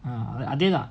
uh அதே தான்:athe than